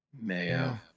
Mayo